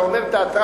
אתה אומר תיאטרלי,